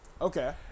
Okay